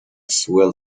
swell